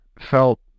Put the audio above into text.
felt